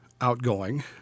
outgoing